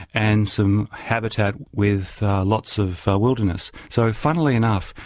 and some habitat with lots of wilderness. so funnily enough,